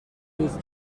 this